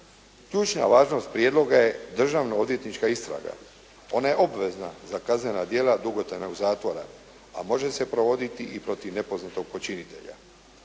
Ključna važnost prijedloga je državno-odvjetnička istraga. Ona je obvezna za kaznena djela dugotrajnog zatvora a može se provoditi i protiv nepoznatog počinitelja.